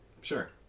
Sure